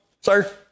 sir